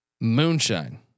Moonshine